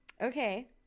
okay